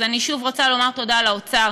אז אני שוב רוצה לומר תודה לאוצר.